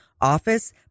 office